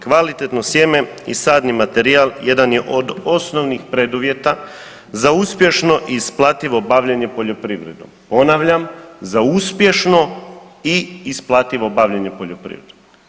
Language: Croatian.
Kvalitetno sjeme i sadni materijal jedan je od osnovnih preduvjeta za uspješno i isplativo bavljenje poljoprivredom, ponavljam za uspješno i isplativo bavljenje poljoprivredom.